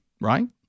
Right